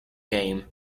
game